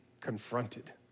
confronted